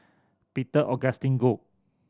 Peter Augustine Goh